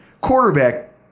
quarterback